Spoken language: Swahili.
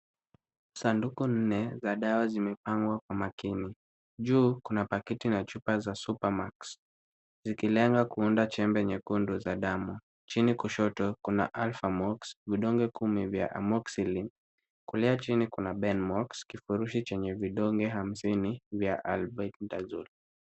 Sanduku nne za dawa zinmepangwa kwa makini. Juu kuna pakiti na chupa za supermax zikilenga kuunda chembe nyekundu za damu. Chini kushoto kuna alphamox , vidonge kumi vya amoxicillin . Kulia chini kuna benmox , kifurushi chenye vidonge hamsini vya albendazole .